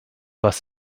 was